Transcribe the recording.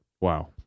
Wow